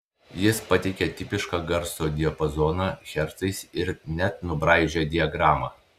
jis pateikė tipišką garso diapazoną hercais ir net nubraižė diagramą